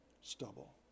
stubble